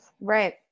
Right